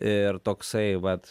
ir toksai vat